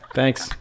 Thanks